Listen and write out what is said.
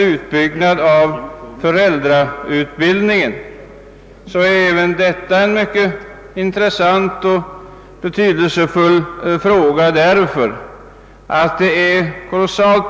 Utbyggnaden av föräldrautbildningen är också en 'mycket intressant och betydelsefull fråga.